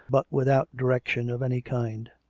but without direction of any kind.